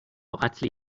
قتل